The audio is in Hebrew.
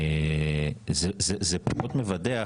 זה פחות מבדח,